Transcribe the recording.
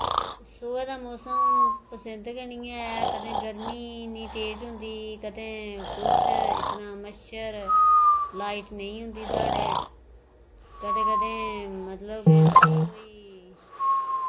सोहे दा मौसम पसंद गै निं ऐ कदें गर्मी इन्नी तेज होंदी कदें किश इतना मच्छर लाइट नेईं होंदी साढ़े कदें कदें मतलब